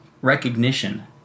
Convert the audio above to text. recognition